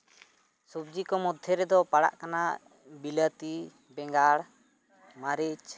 ᱥᱚᱵᱡᱤ ᱠᱚ ᱢᱚᱫᱽᱫᱷᱮ ᱨᱮᱫᱚ ᱯᱟᱲᱟᱜ ᱠᱟᱱᱟ ᱵᱤᱞᱟᱹᱛᱤ ᱵᱮᱸᱜᱟᱲ ᱢᱟᱹᱨᱤᱪ